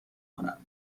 کنم